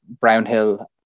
Brownhill